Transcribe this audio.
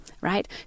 right